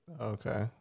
Okay